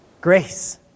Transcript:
grace